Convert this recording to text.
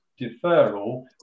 deferral